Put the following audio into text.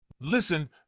Listen